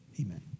amen